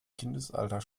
kindesalter